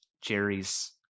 Jerry's